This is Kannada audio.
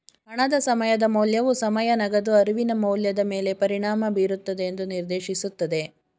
ಹಣದ ಸಮಯದ ಮೌಲ್ಯವು ಸಮಯ ನಗದು ಅರಿವಿನ ಮೌಲ್ಯದ ಮೇಲೆ ಪರಿಣಾಮ ಬೀರುತ್ತದೆ ಎಂದು ನಿರ್ದೇಶಿಸುತ್ತದೆ